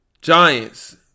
Giants